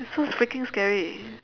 it's so freaking scary